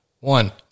One